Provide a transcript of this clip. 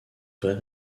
vraie